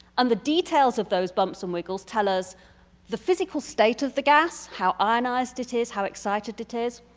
and the details of those bumps and wiggles tell us the physical state of the gas. how ionized it is, how excited it is,